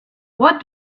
what